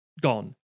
gone